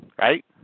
Right